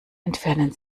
entfernen